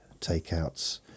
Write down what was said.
takeouts